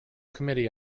committee